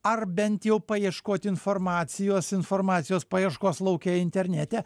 ar bent jau paieškot informacijos informacijos paieškos lauke internete